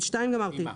את 2 סיימתי.